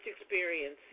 experience